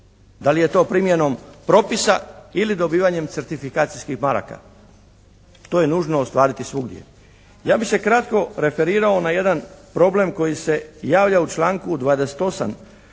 da li je to primjenom propisa ili dobivanjem certifikacijskih maraka? To je nužno ostvariti svugdje. Ja bi se kratko referirao na jedan problem koji se javlja u članku 28.